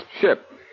ship